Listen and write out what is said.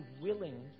willing